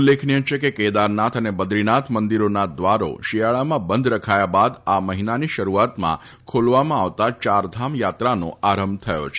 ઉલ્લેખનીય છે કે કેદારનાથ અને બદ્રીનાથના મંદિરોના દ્વારો શિયાળામાં બંધ રખાયા બાદ આ મહિનાની શરૂઆતમાં ખોલવામાં આવતા ચારધામ યાત્રાનો આરંભ થયો છે